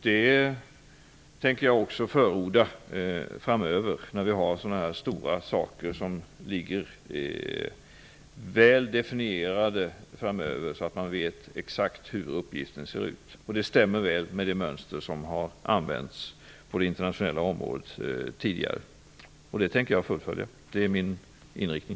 Det tänker jag också förorda framöver, när vi har sådana här stora saker som ligger väl definierade framöver, så att man vet exakt hur uppgiften ser ut. Det stämmer väl med det mönster som har använts på det internationella området tidigare. Det tänker jag fullfölja. Det är min inriktning.